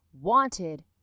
wanted